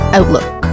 Outlook